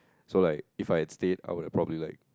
so like if I've stayed I would have probably like